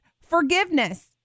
Forgiveness